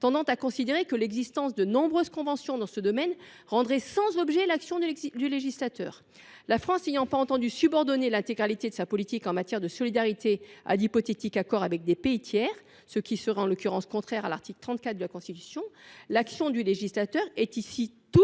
motion, selon lequel l’existence de nombreuses conventions dans ce domaine rendrait sans objet l’action du législateur. La France n’ayant pas entendu subordonner l’intégralité de sa politique en matière de solidarité à d’hypothétiques accords avec des pays tiers, ce qui serait au reste contraire à l’article 34 de la Constitution, l’action du législateur est ici tout